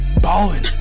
ballin